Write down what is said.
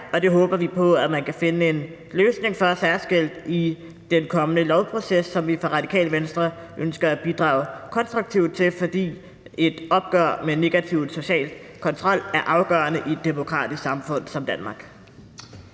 og det håber vi på at man kan finde en løsning på særskilt i den kommende lovproces, som vi i Radikale Venstre ønsker at bidrage konstruktivt til, fordi et opgør med negativ social kontrol er afgørende i et demokratisk samfund som Danmark.